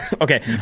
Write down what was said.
okay